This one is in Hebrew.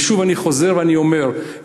שוב אני חוזר ואומר,